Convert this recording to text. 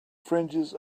fringes